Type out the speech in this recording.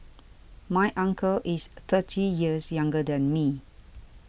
my uncle is thirty years younger than me